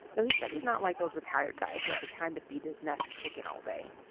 though he said he's not like those retired guys who have the time to feed his nests chicken all day.